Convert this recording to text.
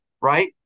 right